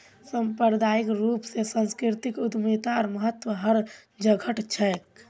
सांप्रदायिक रूप स सांस्कृतिक उद्यमितार महत्व हर जघट छेक